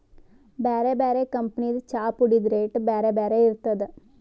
ಬ್ಯಾರೆ ಬ್ಯಾರೆ ಕಂಪನಿದ್ ಚಾಪುಡಿದ್ ರೇಟ್ ಬ್ಯಾರೆ ಬ್ಯಾರೆ ಇರ್ತದ್